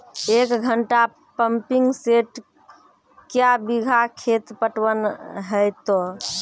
एक घंटा pumping set क्या बीघा खेत पटवन है तो?